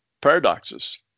paradoxes